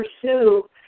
pursue